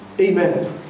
Amen